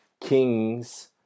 kings